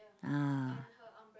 ah